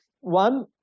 One